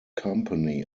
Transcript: company